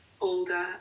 older